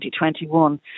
2021